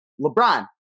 LeBron